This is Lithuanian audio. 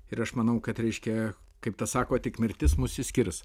ir aš manau kad reiškia kaip tą sako tik mirtis mus išskirs